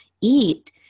eat